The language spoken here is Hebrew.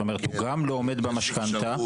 זאת אומרת הוא גם לא עומד במשכנתא --- יש אפשרות,